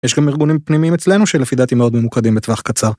יש גם ארגונים פנימיים אצלנו שלפי דעתי מאוד ממוקדים בטווח קצר.